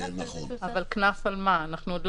אנחנו בוודאי